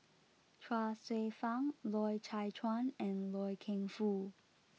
Chuang Hsueh Fang Loy Chye Chuan and Loy Keng Foo